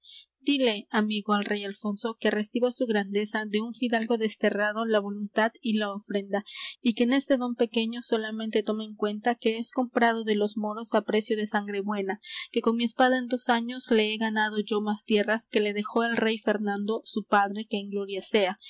díle amigo al rey alfonso que reciba su grandeza de un fidalgo desterrado la voluntad y la ofrenda y que en este dón pequeño solamente tome en cuenta que es comprado de los moros á precio de sangre buena que con mi espada en dos años le he ganado yo más tierras que le dejó el rey fernando su padre que en gloria sea